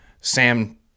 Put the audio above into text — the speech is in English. Sam